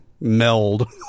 meld